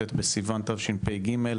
ט' בסיוון תשפ"ג,